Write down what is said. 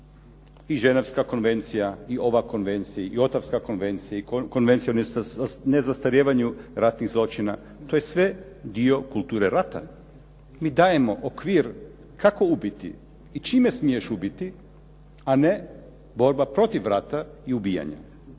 i Ženevska konvencija i ova konvencija i Ottawska konvencija i Konvencija o nezastarijevanju ratnih zločina. To je sve dio kulture rata. Mi dajemo okvir kako ubiti i čime smiješ ubiti, a ne borba protiv rata i ubijanja.